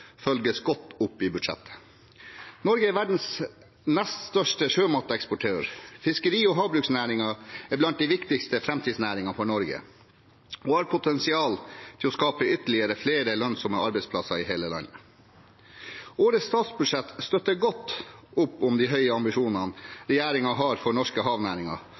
følges godt opp i budsjettet. Norge er verdens nest største sjømateksportør, fiskeri- og havbruksnæringene er blant de viktigste framtidsnæringene for Norge og har potensial til å skape ytterligere flere lønnsomme arbeidsplasser i hele landet. Årets statsbudsjett støtter godt opp om de høye ambisjonene regjeringen har for norske havnæringer,